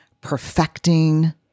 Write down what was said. perfecting